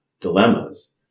dilemmas